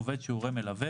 עובד שהוא הורה מלווה,